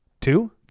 Two